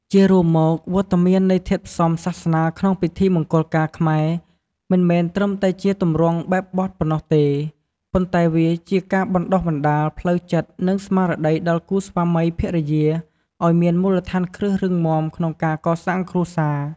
ជារួមមក វត្តមាននៃធាតុផ្សំសាសនាក្នុងពិធីមង្គលការខ្មែរមិនមែនត្រឹមតែជាទម្រង់បែបបទប៉ុណ្ណោះទេ ប៉ុន្តែវាជាការបណ្តុះបណ្តាលផ្លូវចិត្ត និងស្មារតីដល់គូស្វាមីភរិយាឱ្យមានមូលដ្ឋានគ្រឹះរឹងមាំក្នុងការកសាងគ្រួសារ។